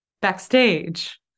backstage